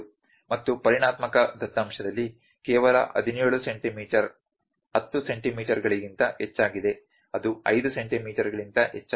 ಮತ್ತು ಪರಿಮಾಣಾತ್ಮಕ ದತ್ತಾಂಶದಲ್ಲಿ ಕೇವಲ 17 ಸೆಂಟಿಮೀಟರ್ 10 ಸೆಂಟಿಮೀಟರ್ಗಳಿಗಿಂತ ಹೆಚ್ಚಾಗಿದೆ ಅದು 5 ಸೆಂಟಿಮೀಟರ್ಗಳಿಗಿಂತ ಹೆಚ್ಚಾಗಿದೆ